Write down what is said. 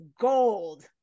gold